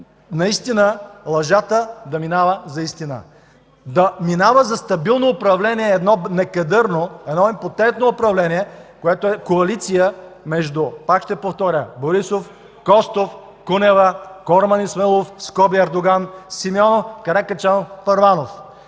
наистина лъжата да минава за истина. Да минава за стабилно управление едно некадърно, едно импотентно управление, което е коалиция между, пак ще повторя: Борисов – Костов – Кунева – Корман Исмаилов (Ердоган) – Симеонов – Каракачанов – Първанов.